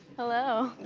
hello.